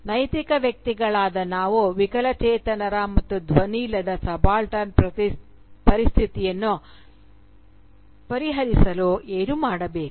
ನೈತಿಕ ವ್ಯಕ್ತಿಗಳಾದ ನಾವು ವಿಕಲಚೇತನರ ಮತ್ತು ಧ್ವನಿಯಿಲ್ಲದ ಸಬಾಲ್ಟರ್ನ್ ಪರಿಸ್ಥಿತಿಯನ್ನು ಪರಿಹರಿಸಲು ಏನು ಮಾಡಬೇಕು